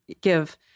give